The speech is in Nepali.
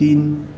तिन